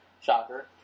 Shocker